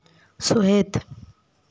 ᱥᱚᱦᱮᱫ